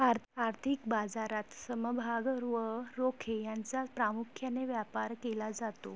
आर्थिक बाजारात समभाग व रोखे यांचा प्रामुख्याने व्यापार केला जातो